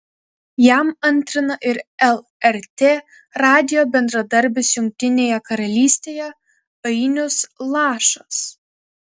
jam antrina ir lrt radijo bendradarbis jungtinėje karalystėje ainius lašas